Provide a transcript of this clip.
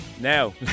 Now